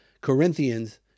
Corinthians